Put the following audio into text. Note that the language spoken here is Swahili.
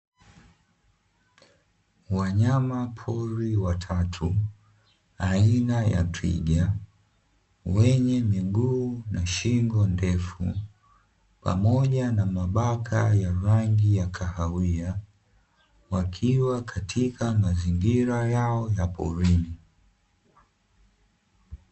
Wanyamapori watatu aina ya twiga wenye miguu na shingo ndefu, pamoja na mabaka ya rangi ya kahawia wakiwa katika mazingira yao ya porini.